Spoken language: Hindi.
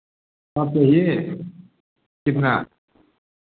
कब चाहिए कितना